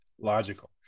logical